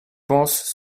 pense